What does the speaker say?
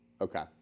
Okay